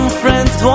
friends